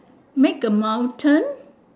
make a mountain